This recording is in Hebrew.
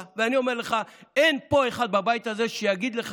אם ניתקל בגישה מהסוג הזה.